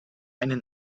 ihnen